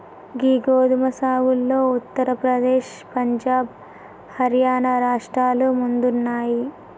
గీ గోదుమ సాగులో ఉత్తర ప్రదేశ్, పంజాబ్, హర్యానా రాష్ట్రాలు ముందున్నాయి